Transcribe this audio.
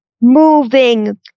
moving